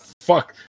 fuck